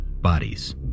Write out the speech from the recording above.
Bodies